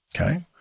okay